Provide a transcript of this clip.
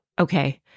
okay